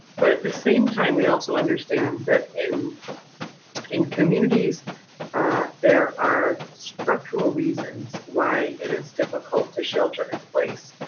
but at the same time, we also understand that in in communities there are structural reasons why it is difficult to shelter in place.